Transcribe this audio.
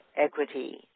equity